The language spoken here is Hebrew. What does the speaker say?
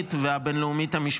הבין-הלאומית והבין-לאומית המשפטית.